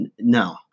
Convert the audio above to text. No